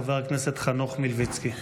חבר הכנסת חנוך מלביצקי.